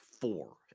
four